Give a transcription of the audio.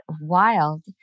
wild